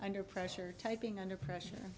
under pressure typing under pressure